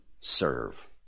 serve